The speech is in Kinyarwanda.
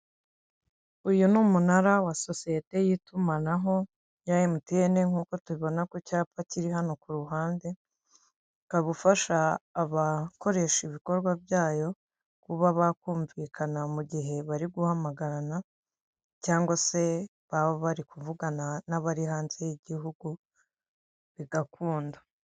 Uyu ni umunara wa sosiyete y'itumanaho ya MTN nk'uko tubibona ku cyapa kiri hano ku ruhande, ukaba ufasha abakoresha ibikorwa byawo mu gihe bari guhamagarana cyangwa se baba bavugana n'abari hanze y'igihugu bigakunda.